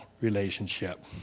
relationship